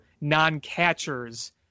non-catchers